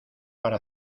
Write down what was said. para